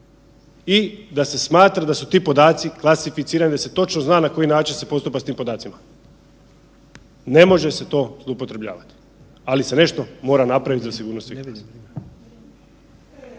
i da se smatra da su ti podaci klasificirani da se točno zna na koji način se postupa s tim podacima. Ne može se to zloupotrebljavati, ali se nešto mora napravit za sigurnost